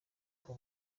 bwo